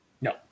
No